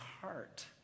heart